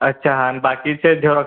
अच्छा हां आणि बाकीचे झेरॉक्स